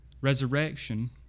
resurrection